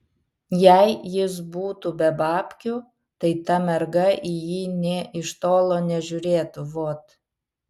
jei jis butų be babkių tai ta merga į jį nė iš tolo nežiūrėtų vot